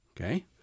okay